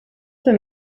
been